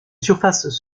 surfaces